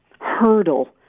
hurdle